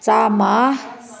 ꯆꯥꯝꯃ